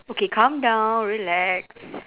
okay calm down relax